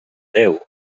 déu